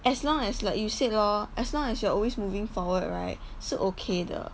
as long as like you said lor as long as you're always moving forward right 是 okay 的